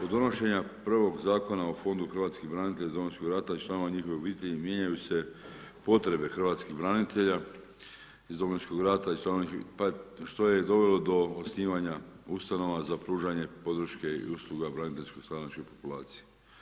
Od donošenja prvog Zakona o fondu Hrvatskih branitelja iz Domovinskog rata i članova njihovih obitelji mijenjaju se potrebe Hrv. branitelja iz Domovinskog rata i članova, pa, što je dovelo do osnivanje Ustanova za pružanje podrške i usluga braniteljsko stradalačke populacije.